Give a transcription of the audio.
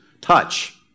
Touch